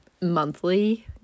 monthly